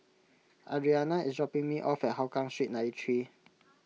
Adriana is dropping me off at Hougang Street ninety three